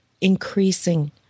increasing